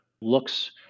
looks